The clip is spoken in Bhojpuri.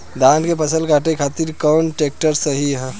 धान के फसल काटे खातिर कौन ट्रैक्टर सही ह?